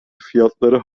fiyatları